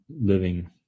living